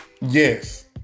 Yes